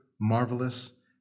marvelous